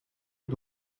het